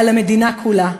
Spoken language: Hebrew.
על המדינה כולה,